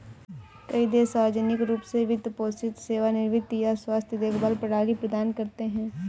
कई देश सार्वजनिक रूप से वित्त पोषित सेवानिवृत्ति या स्वास्थ्य देखभाल प्रणाली प्रदान करते है